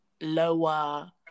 lower